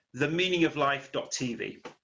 theMeaningOfLife.tv